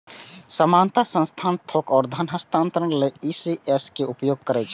सामान्यतः संस्थान थोक मे धन हस्तांतरण लेल ई.सी.एस के उपयोग करै छै